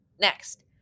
Next